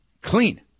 clean